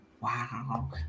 Wow